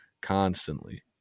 Constantly